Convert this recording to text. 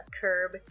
curb